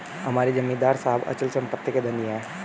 हमारे जमींदार साहब अचल संपत्ति के धनी हैं